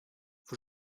vous